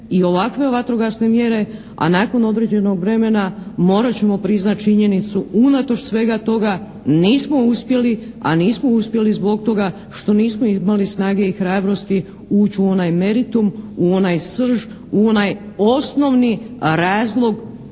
i ovakve vatrogasne mjere, a nakon određenog vremena morat ćemo priznati činjenicu unatoč svega toga nismo uspjeli. A nismo uspjeli zbog toga što nismo imali snage i hrabrosti ući u onaj meritum, u onaj srž, u onaj osnovni razlog